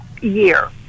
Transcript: year